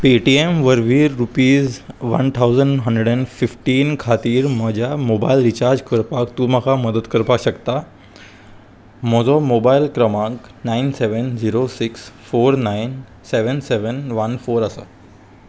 Paytm वरवीर rupees one thousand hundred and fifteen खातीर म्हज्या मोबायल रिचार्ज करपाक तूं म्हाका मदत करपाक शकता म्हजो मोबायल क्रमांक nine seven zero six four nine seven seven one four आसा